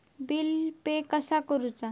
Bill pay कसा करुचा?